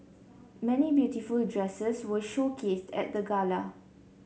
many beautiful dresses were showcased at the gala